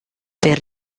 per